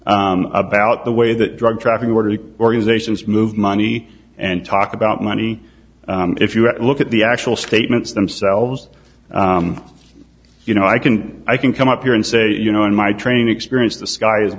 about the way that drug trafficking or to organizations move money and talk about money if you look at the actual statements themselves you know i can i can come up here and say you know in my training experience the sky is